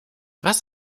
was